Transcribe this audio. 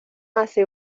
hace